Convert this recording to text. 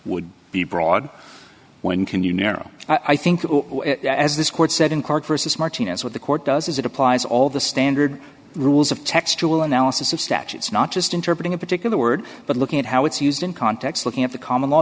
would be broad when can you narrow it i think as this court said in court versus martinez what the court does is it applies all the standard rules of textual analysis of statutes not just interpreting a particular word but looking at how it's used in context looking at the common law